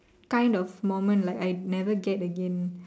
kind of moment like I never get again